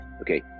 Okay